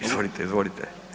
Izvolite, izvolite.